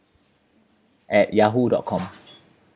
at yahoo dot com